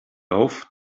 auf